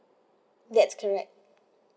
that's correct